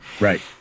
Right